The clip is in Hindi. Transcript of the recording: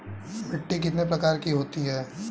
मिट्टी कितने प्रकार की होती हैं?